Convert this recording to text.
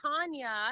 Tanya